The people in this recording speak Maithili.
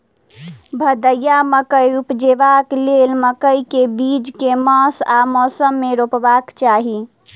भदैया मकई उपजेबाक लेल मकई केँ बीज केँ मास आ मौसम मे रोपबाक चाहि?